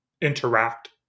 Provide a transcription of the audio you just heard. interact